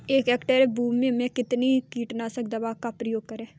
एक हेक्टेयर भूमि में कितनी कीटनाशक दवा का प्रयोग करें?